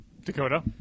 Dakota